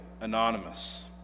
anonymous